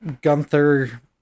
Gunther